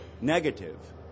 negative